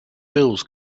bills